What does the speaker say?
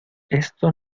esto